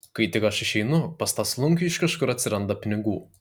kai tik aš išeinu pas tą slunkių iš kažkur atsiranda pinigų